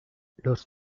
los